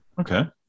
okay